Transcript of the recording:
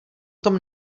tom